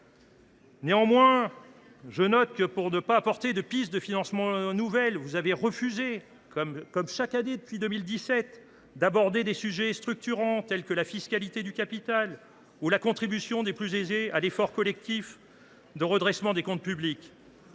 Néanmoins, je note que, pour ne pas apporter de pistes de financements nouvelles, vous avez refusé, comme chaque année depuis 2017, d’aborder des sujets structurants, comme la fiscalité du capital ou la contribution des plus aisés à l’effort collectif de redressement des comptes publics.